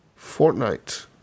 Fortnite